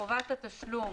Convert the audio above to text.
חובת התשלום